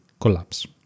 collapse